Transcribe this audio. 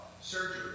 surgery